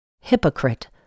Hypocrite